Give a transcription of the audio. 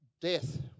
death